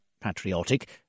patriotic